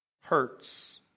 Hurts